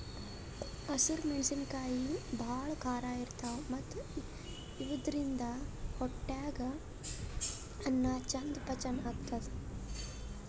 ಹಸ್ರ್ ಮೆಣಸಿನಕಾಯಿ ಭಾಳ್ ಖಾರ ಇರ್ತವ್ ಮತ್ತ್ ಇವಾದ್ರಿನ್ದ ಹೊಟ್ಯಾಗ್ ಅನ್ನಾ ಚಂದ್ ಪಚನ್ ಆತದ್